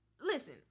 listen